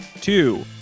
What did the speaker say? two